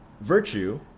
virtue